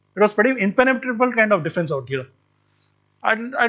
it was pretty impenetrable kind of defence out here. i mean